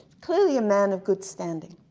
clearly a man of good standing.